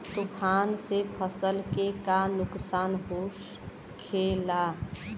तूफान से फसल के का नुकसान हो खेला?